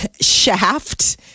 Shaft